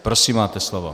Prosím, máte slovo.